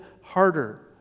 harder